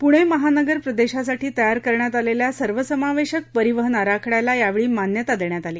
पुणे महानगर प्रदेशासाठी तयार करण्यात आलेल्या सर्वसमावेशक परिवहन आराखड्यास यावेळी मान्यता देण्यात आली